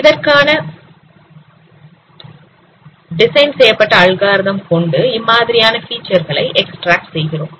இதற்கென டிசைன் செய்யப்பட்ட அல்காரிதம் கொண்டு இம்மாதிரியான ஃபிச்சர் களை எக்ஸ்டிரேக்ட் செய்கிறோம்